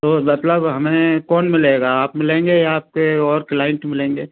तो मतलब हमें कौन मिलेगा आप मिलेंगे या आपके और क्लाइंट मिलेंगे